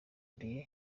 dieu